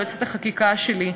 יועצת החקיקה שלי.